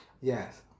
Yes